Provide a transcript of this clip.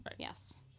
Yes